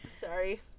sorry